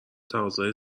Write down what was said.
تقاضای